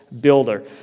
builder